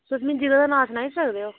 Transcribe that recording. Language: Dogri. तुस मिगी जगह दा नां सनाई सकदे ओ